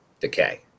decay